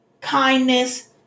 kindness